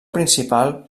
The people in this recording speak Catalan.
principal